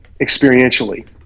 experientially